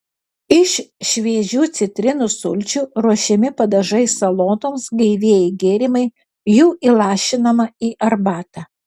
iš šviežių citrinų sulčių ruošiami padažai salotoms gaivieji gėrimai jų įlašinama į arbatą